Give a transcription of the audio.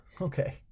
Okay